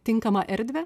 tinkamą erdvę